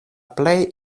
plej